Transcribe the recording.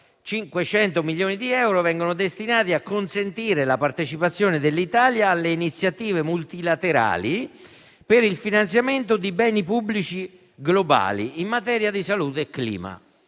500 milioni di euro per l'anno 2021 finalizzato a consentire la partecipazione dell'Italia alle iniziative multilaterali per il finanziamento dei beni pubblici globali in materia di salute e clima.